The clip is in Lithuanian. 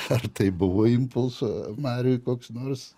ar tai buvo impulso mariui koks nors